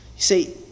see